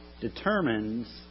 determines